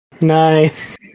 Nice